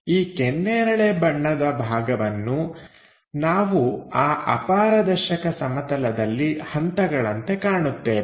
ಈ ಕೆನ್ನೇರಳೆ ಬಣ್ಣದ ಭಾಗವನ್ನು ನಾವು ಆ ಅಪಾರದರ್ಶಕ ಸಮತಲದಲ್ಲಿ ಹಂತಗಳಂತೆ ಕಾಣುತ್ತೇವೆ